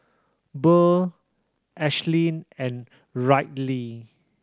Burr Ashlynn and Ryley